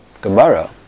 Gemara